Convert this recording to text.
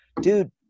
dude